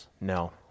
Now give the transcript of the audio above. no